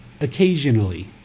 occasionally